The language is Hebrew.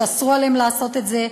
שם אסרו עליהם לעשות את זה,